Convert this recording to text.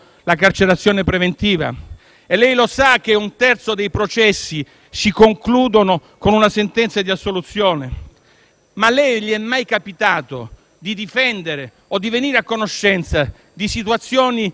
Lei sa che un terzo dei processi si conclude con una sentenza di assoluzione? A lei è mai capitato di difendere o di venire a conoscenza di situazioni di amministratori locali